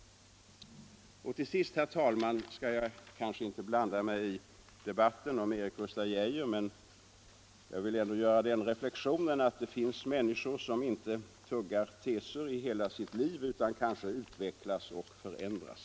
Till sist, herr talman, skall jag kanske inte blanda mig i debatten om Erik Gustaf Geijer. Men jag vill ändå göra den reflexionen att det finns människor som inte tuggar teser i hela sitt liv utan kanske utvecklas och förändras.